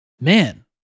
man